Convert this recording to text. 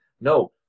No